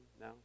now